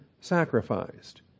sacrificed